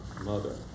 mother